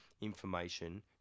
information